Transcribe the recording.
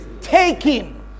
Taking